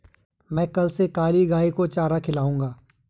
मैं कल से काली गाय को चारा खिलाऊंगा